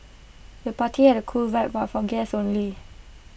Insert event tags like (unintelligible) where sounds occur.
the party had A cool vibe (unintelligible) from guests only